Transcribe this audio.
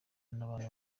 n’abantu